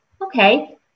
okay